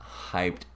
hyped